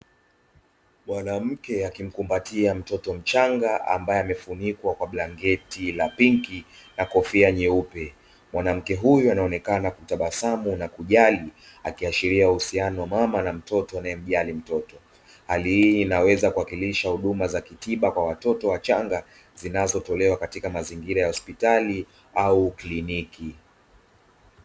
Mtoto mchanga ambaye amefunikwa kwa blanketi la pinki na kofia nyeupe, mwanamke huyu anaonekana kutabasamu na kujali akiashiria uhusiano wa mama na mtoto anayemjali mtoto, hali hii inaweza kuwakilisha huduma za kitiba kwa watoto wachanga, zinazotolewa katika mazingira ya hospitali au kliniki.